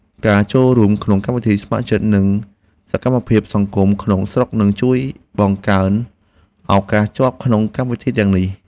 ការចូលរួមក្នុងកម្មវិធីស្ម័គ្រចិត្តនិងសកម្មភាពសង្គមក្នុងស្រុកនឹងជួយបង្កើនឱកាសជាប់ក្នុងកម្មវិធីទាំងនេះ។